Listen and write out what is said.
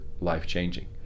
life-changing